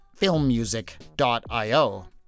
filmmusic.io